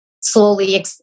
slowly